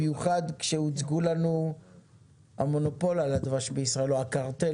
הנושא הזה בו יבואו ויציגו את המשמעויות של האבקה.